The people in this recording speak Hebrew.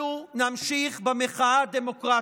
אנחנו נמשיך במחאה הדמוקרטית,